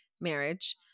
marriage